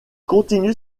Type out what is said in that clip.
continue